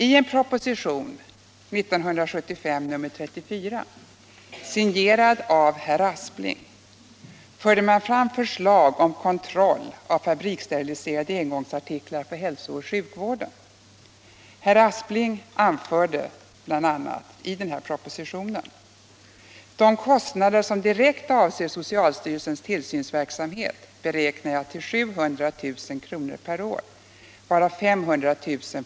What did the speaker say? I propositionen 34 år 1975, signerad av herr Aspling, förde man fram förslag om kontroll av fabrikssteriliserade engångsartiklar för hälsooch sjukvården. Herr Aspling anförde bl.a. i den propositionen: ”De kostnader som direkt avser socialstyrelsens tillsynsverksamhet beräknar jag till 700 000 kr. per år, varav 500 000 kr.